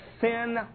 sin